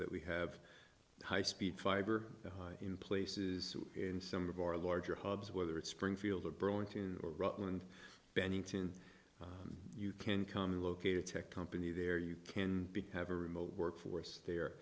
that we have high speed fiber high in places in some of our larger hubs whether it's springfield or burlington or rutland bennington you can come and locate a tech company there you can be kind of a remote workforce there